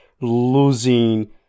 losing